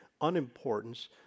unimportance